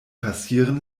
passieren